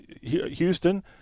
Houston